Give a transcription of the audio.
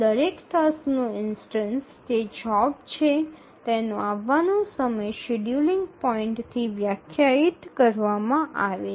દરેક ટાસ્કનો ઇન્સ્ટનસ તે જોબ છે તેનો આવવાનો સમય શેડ્યૂલિંગ પોઇન્ટથી વ્યાખ્યાયિત કરવામાં આવે છે